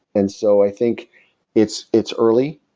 and so i think it's it's early,